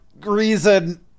reason